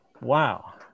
wow